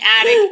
attic